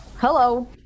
Hello